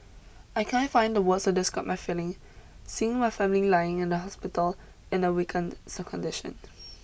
I can't find the words to describe my feeling seeing my family lying in the hospital in a weakened so condition